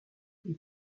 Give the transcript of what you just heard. mais